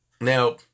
Now